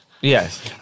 Yes